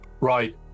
Right